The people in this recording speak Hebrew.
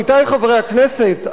עמיתי חברי הכנסת,